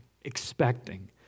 expecting